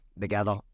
together